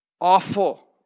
Awful